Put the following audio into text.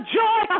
joy